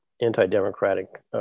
anti-democratic